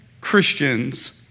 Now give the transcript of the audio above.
Christians